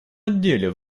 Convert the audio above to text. отделе